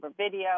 video